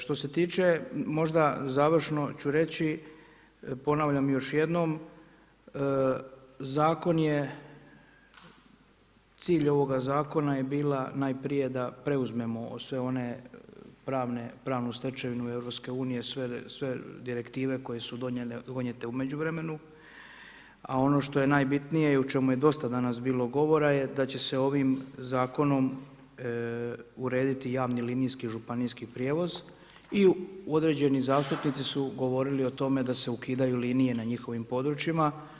Što se tiče, možda završno ću reći, ponavljam još jednom, zakon je, cilj ovoga zakona je bila najprije da preuzmemo sve one pravne, pravnu stečevinu EU sve direktive koje su donijete u međuvremenu a ono što je najbitnije i o čemu je dosta danas bilo govora da će se ovim zakonom urediti javni linijski županijski prijevoz i određeni zastupnici su govorili o tome da se ukidaju linije na njihovim područjima.